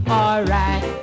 alright